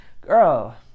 girl